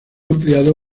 ampliado